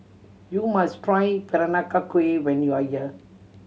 you must try Peranakan Kueh when you are here